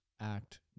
act